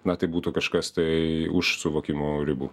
na tai būtų kažkas tai už suvokimo ribų